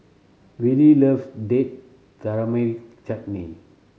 Wylie loves Date Tamarind Chutney